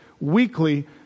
weekly